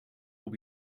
will